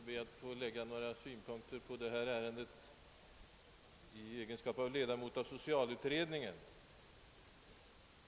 Herr talman! Jag skall be att i min egenskap av ledamot av socialutredningen få lägga några synpunkter på detta ärende.